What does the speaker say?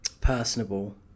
personable